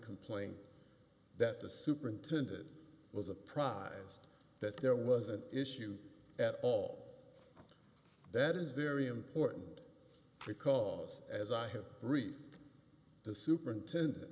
complaint that the superintendent was apprised that there was an issue at all that is very important because as i have briefed the superintendent